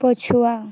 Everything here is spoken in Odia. ପଛୁଆ